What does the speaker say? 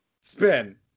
spin